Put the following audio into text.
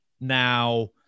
Now